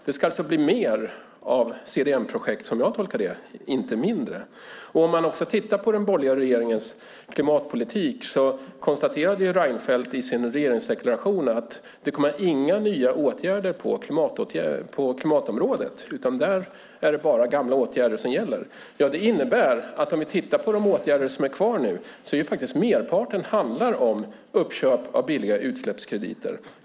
Det ska alltså bli mer av CDM-projekt, som jag tolkar det, inte mindre. Om man tittar på den borgerliga regeringens klimatpolitik ser man att Reinfeldt i sin regeringsdeklaration konstaterade att det inte kommer några nya åtgärder på klimatområdet, utan där är det bara gamla åtgärder som gäller. Det innebär att merparten av de åtgärder som är kvar nu handlar om uppköp av billiga utsläppskrediter.